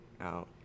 out